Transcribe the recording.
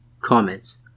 Comments